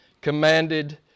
commanded